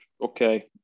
Okay